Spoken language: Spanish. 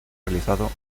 realizado